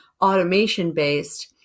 automation-based